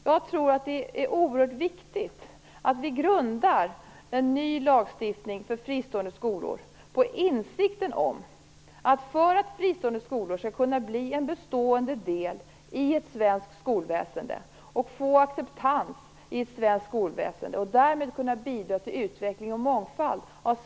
Jag tror att det är oerhört viktigt att vi grundar en ny lagstiftning för fristående skolor på insikten om att för att fristående skolor skall kunna bli en bestående del i svenskt skolväsende, få acceptans där och därmed kunna bidra till utveckling och mångfald.